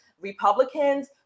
Republicans